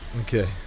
Okay